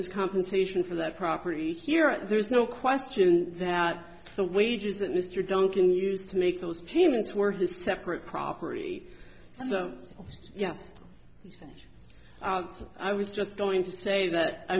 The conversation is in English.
compensation for that property here there's no question that the wages that mr duncan used to make those payments were his separate property so yes i was just going to say that i